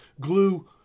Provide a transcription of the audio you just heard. glue